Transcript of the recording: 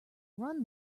run